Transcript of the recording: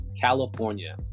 California